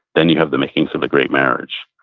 then you have the makings of a great marriage.